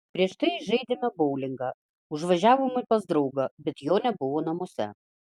prieš tai žaidėme boulingą užvažiavome pas draugą bet jo nebuvo namuose